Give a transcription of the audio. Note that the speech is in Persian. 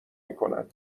میکنن